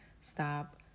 Stop